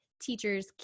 teachers